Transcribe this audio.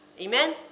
Amen